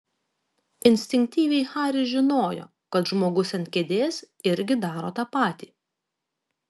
instinktyviai haris žinojo kad žmogus ant kėdės irgi daro tą patį